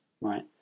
Right